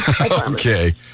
Okay